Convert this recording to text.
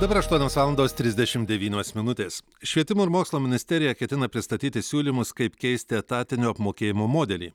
dabar aštuonios valandos trisdešim devynios minutės švietimo ir mokslo ministerija ketina pristatyti siūlymus kaip keisti etatinio apmokėjimo modelį